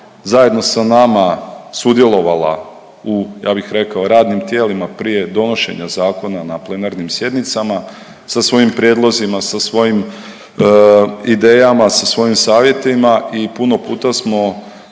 zajedno sa nama sudjelovala u ja bih rekao radnim tijelima prije donošenja zakona na plenarnim sjednicama sa svojim prijedlozima, sa svojim idejama, sa svojim savjetima i puno puta smo